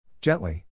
Gently